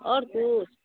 आओर किछु